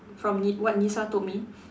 from Ni~ what Nisa told me